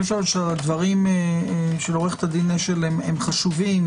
הדברים של עו"ד אשל הם חשובים.